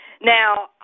Now